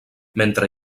mentre